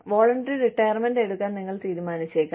voluntary retirement എടുക്കാൻ നിങ്ങൾ തീരുമാനിച്ചേക്കാം